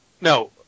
No